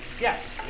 Yes